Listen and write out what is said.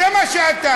זה מה שאתה.